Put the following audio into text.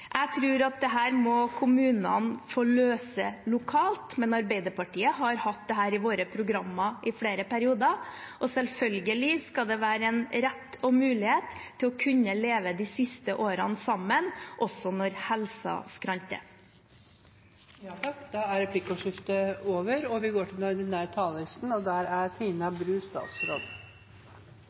Jeg tror at dette må kommunene få løse lokalt, men Arbeiderpartiet har hatt dette i sitt program i flere perioder, og selvfølgelig skal det være en rett og en mulighet til å kunne leve de siste årene sammen, også når helsen skranter. Replikkordskiftet er over. Vi har lagt bak oss noen krevende og vanskelige måneder. Norge har stått i og